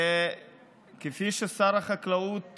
כפי ששר החקלאות